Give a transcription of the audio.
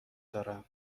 دارم